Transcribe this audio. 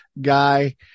guy